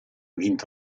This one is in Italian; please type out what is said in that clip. vinto